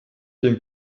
den